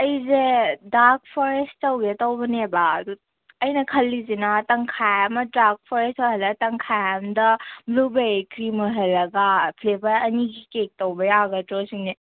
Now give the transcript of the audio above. ꯑꯩꯁꯦ dark forest ꯇꯧꯒꯦ ꯇꯧꯕꯅꯦꯕ ꯑꯗꯨ ꯑꯩꯅ ꯈꯜꯂꯤꯁꯤꯅ ꯇꯪꯈꯥꯏ ꯑꯃ ꯗꯥꯛ ꯐꯣꯔꯦꯁ ꯑꯣꯏꯍꯜꯂ ꯇꯪꯈꯥꯏ ꯑꯃꯗ ꯕ꯭ꯂꯨꯕꯦꯔꯤ ꯀ꯭ꯔꯤꯝ ꯑꯣꯏꯍꯜꯂꯒ ꯐ꯭ꯂꯦꯕꯔ ꯑꯅꯤꯒꯤ ꯀꯦꯛ ꯇꯧꯕ ꯌꯥꯒꯗ꯭ꯔꯣ ꯁꯤꯅꯦ